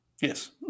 Yes